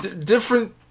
different